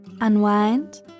Unwind